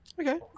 Okay